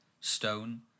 stone